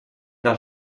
del